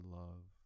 love